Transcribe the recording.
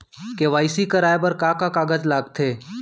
KYC कराये बर का का कागज लागथे?